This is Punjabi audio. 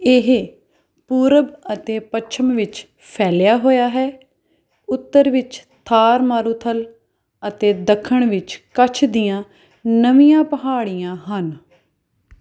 ਇਹ ਪੂਰਬ ਅਤੇ ਪੱਛਮ ਵਿੱਚ ਫੈਲਿਆ ਹੋਇਆ ਹੈ ਉੱਤਰ ਵਿੱਚ ਥਾਰ ਮਾਰੂਥਲ ਅਤੇ ਦੱਖਣ ਵਿੱਚ ਕੱਛ ਦੀਆਂ ਨਵੀਆਂ ਪਹਾੜੀਆਂ ਹਨ